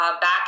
back